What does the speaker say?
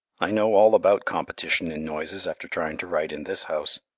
i know all about competition in noises after trying to write in this house.